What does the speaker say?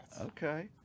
Okay